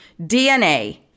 dna